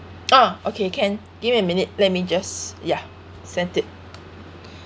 ah okay can give me a minute let me just yeah send it